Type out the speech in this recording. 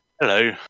Hello